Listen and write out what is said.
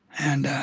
and